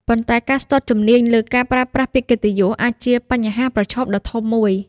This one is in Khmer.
ប៉ុន្តែការស្ទាត់ជំនាញលើការប្រើប្រាស់ពាក្យកិត្តិយសអាចជាបញ្ហាប្រឈមដ៏ធំមួយ។